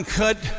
cut